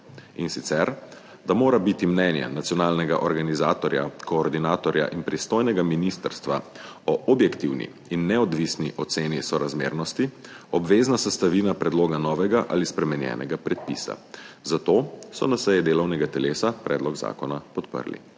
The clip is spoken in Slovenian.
in sicer da mora biti mnenje nacionalnega organizatorja, koordinatorja in pristojnega ministrstva o objektivni in neodvisni oceni sorazmernosti obvezna sestavina predloga novega ali spremenjenega predpisa, zato so na seji delovnega telesa predlog zakona podprli.